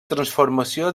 transformació